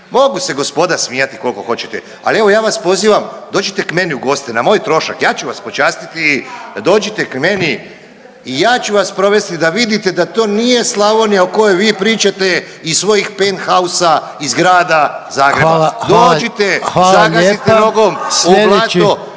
Mogu se gospoda smijati kolko hoćete, al evo ja vas pozivam, dođite k meni u goste na moj trošak, ja ću vas počastiti, dođite k mene i ja ću vas provesti da vidite da to nije Slavonija o kojoj vi pričate iz svojih penthausa iz zgrada Zagreba. …/Upadica Reiner: Hvala,